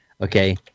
Okay